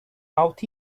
out